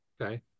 Okay